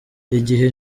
igihe